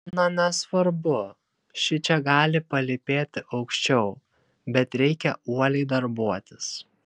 na nesvarbu šičia gali palypėti aukščiau bet reikia uoliai darbuotis